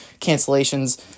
cancellations